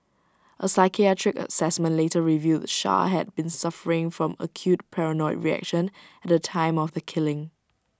A psychiatric Assessment later revealed char had been suffering from acute paranoid reaction at the time of the killing